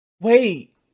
Wait